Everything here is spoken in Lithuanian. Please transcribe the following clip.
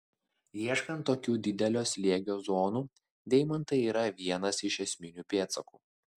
ieškant tokių didelio slėgio zonų deimantai yra vienas iš esminių pėdsakų